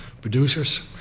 producers